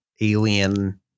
alien